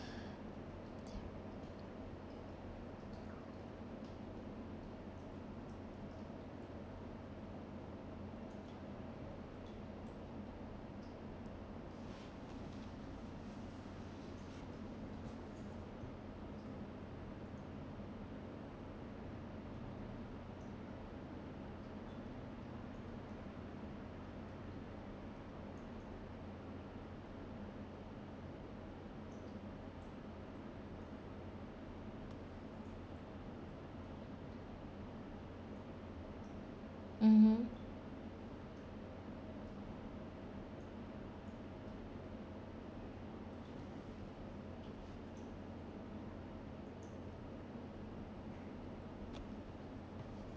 mmhmm